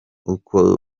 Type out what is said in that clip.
uko